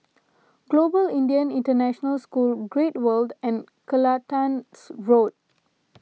Global Indian International School Great World and Kelantan Road